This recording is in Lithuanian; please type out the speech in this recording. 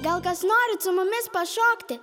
gal kas norit su mumis pašokti